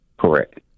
Correct